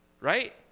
right